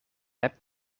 hebt